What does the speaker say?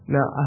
Now